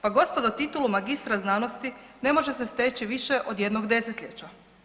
Pa gospodo titulu magistra znanosti ne može se steći više od jednog desetljeća.